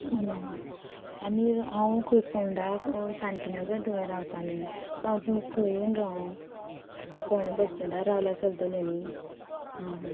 आनी हांव खंय फोंडाक शांतीनगर थंय रावताले सो हांव तुमकां खंय येवन राव फोणे बस स्टेंडार रावल्यार चलतले न्ही हां हां